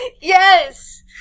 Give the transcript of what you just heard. Yes